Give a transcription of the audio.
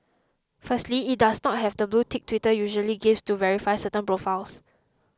firstly it does not have the blue tick Twitter usually gives to verify certain profiles